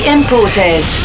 Imported